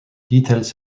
details